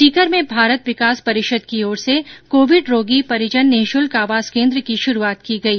सीकर में भारत विकास परिषद की ओर से कोविड रोगी परिजन निःशुल्क आवास केन्द्र की शुरूआत की गई